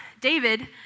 David